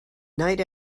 night